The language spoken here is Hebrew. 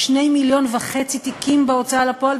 יש 2.5 מיליון תיקים בהוצאה לפועל,